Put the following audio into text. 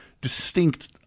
distinct